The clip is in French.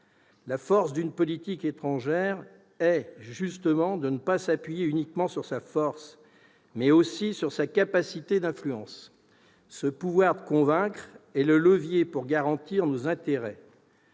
La force d'une politique étrangère consiste justement à ne pas s'appuyer uniquement sur sa force, mais aussi sur sa capacité d'influence. Ce pouvoir de convaincre est le levier permettant de garantir nos intérêts.